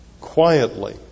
Quietly